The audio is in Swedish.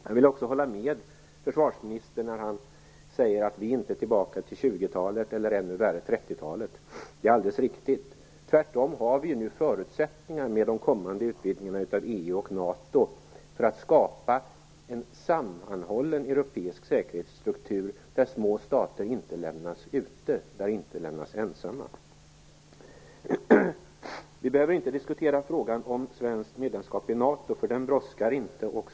Jag håller också med försvarsministern när han säger att vi inte är tillbaka på 20-talet eller, ännu värre, på 30-talet. Det är alldeles riktigt. Tvärtom har vi nu med den kommande utvidgningen av EU och NATO förutsättningar att skapa en sammanhållen europeisk säkerhetsstruktur där små stater inte lämnas ute, där små stater inte lämnas ensamma. Vi behöver inte diskutera frågan om svenskt medlemskap i NATO. Den brådskar inte.